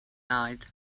night